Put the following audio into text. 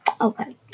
Okay